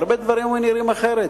הרבה דברים היו נראים אחרת.